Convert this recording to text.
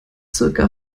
circa